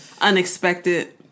Unexpected